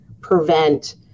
prevent